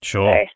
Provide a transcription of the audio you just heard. Sure